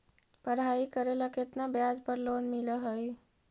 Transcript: पढाई करेला केतना ब्याज पर लोन मिल हइ?